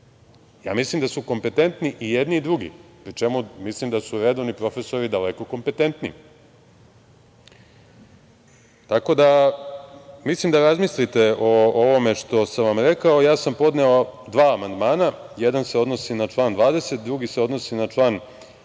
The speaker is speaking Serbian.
jeste. Mislim da su kompetentni i jedni i drugi, pri čemu mislim da su redovni profesori daleko kompetentni. Tako da mislim da razmislite o ovome što sam vam rekao. Ja sam podneo dva amandmana. Jedan se odnosi na član 20, drugi se odnosi na član 32